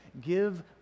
give